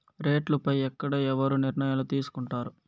రేట్లు పై ఎక్కడ ఎవరు నిర్ణయాలు తీసుకొంటారు?